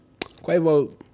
Quavo